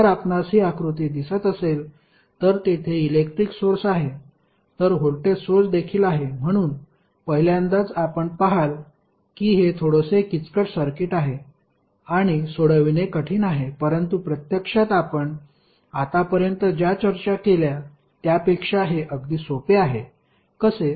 जर आपणास ही आकृती दिसत असेल तर तेथे इलेक्ट्रिक सोर्स आहे तर व्होल्टेज सोर्स देखील आहे म्हणून पहिल्यांदाच आपण पहाल की हे थोडेसे किचकट सर्किट आहे आणि सोडवणे कठीण आहे परंतु प्रत्यक्षात आपण आत्तापर्यंत ज्या चर्चा केल्या त्यापेक्षा हे अगदी सोपे आहे कसे